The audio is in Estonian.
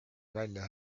välja